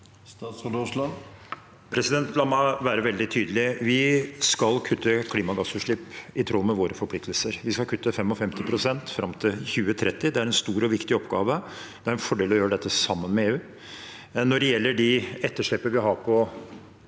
La meg være vel- dig tydelig: Vi skal kutte klimagassutslipp i tråd med våre forpliktelser. Vi skal kutte 55 pst. fram til 2030. Det er en stor og viktig oppgave, og det er en fordel å gjøre dette sammen med EU. Når det gjelder det etterslepet vi har på